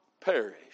perish